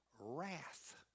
wrath